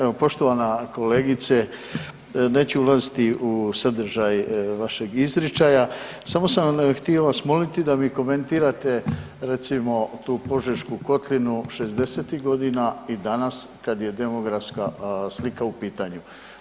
Evo poštovana kolegice, neću ulaziti u sadržaj vašeg izričaja, samo sam htio vas moliti da mi komentirate recimo tu Požešku kotlinu '60.-tih godina i danas kad je demografska slika u pitanju.